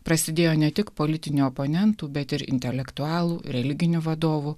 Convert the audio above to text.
prasidėjo ne tik politinių oponentų bet ir intelektualų religinių vadovų